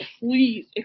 please